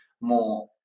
more